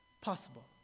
possible